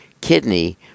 kidney